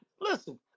Listen